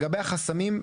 לגבי החסמים,